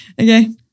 Okay